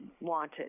wanted